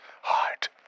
heart